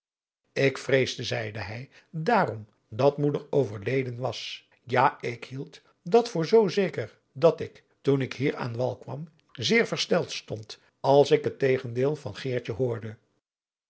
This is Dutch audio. ik vreesde zeide hij daarom dat moeder overleden was ja ik hield adriaan loosjes pzn het leven van johannes wouter blommesteyn dat voor zoo zeker dat ik toen ik bier aan wal kwam zeer versteld stond als ik het tegendeel van geertje hoorde